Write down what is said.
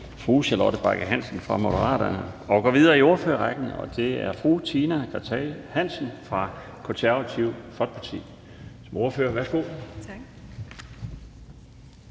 fru Charlotte Bagge Hansen fra Moderaterne. Vi går videre i ordførerrækken, og det er til hr. Per Larsen fra Det Konservative Folkeparti som ordfører. Værsgo.